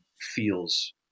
feels